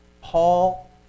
Paul